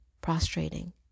prostrating